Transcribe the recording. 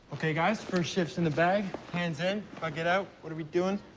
ok, guys, first shift's in the bag, hands in? hug it out? what are we doing?